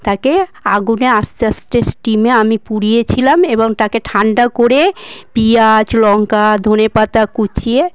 তাকে আগুনে আস্তে আস্তে স্টিমে আমি পুড়িয়েছিলাম এবং তাকে ঠান্ডা করে পিঁয়াজ লঙ্কা ধনেপাতা কুচিয়ে